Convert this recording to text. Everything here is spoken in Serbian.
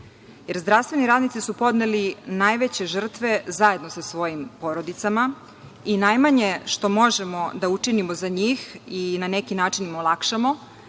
jer zdravstveni radnici su podneli najveće žrtve, zajedno sa svojim porodicama i najmanje što možemo da učinimo za njih i na neki način im olakšamo